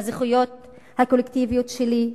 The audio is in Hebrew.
לזכויות הקולקטיביות שלי.